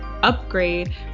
upgrade